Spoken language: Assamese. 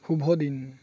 শুভ দিন